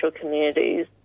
communities